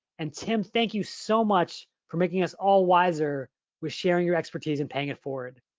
and tim, thank you so much for making us all wiser with sharing your expertise and paying it forward.